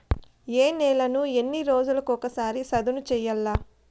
ఏ నేలను ఎన్ని రోజులకొక సారి సదును చేయల్ల?